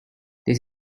this